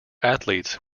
athletes